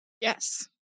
Yes